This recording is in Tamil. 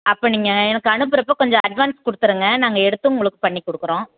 அப்போ நீங்கள் எனக்கு அனுப்புறப்போ கொஞ்சம் அட்வான்ஸ் கொடுத்துருங்க நாங்கள் எடுத்து உங்களுக்குப் பண்ணிக் கொடுக்குறோம்